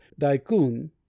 Daikun